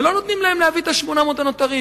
ולא נותנים להם להביא את ה-800 הנותרים,